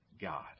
God